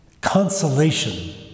consolation